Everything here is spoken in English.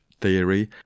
theory